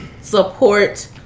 support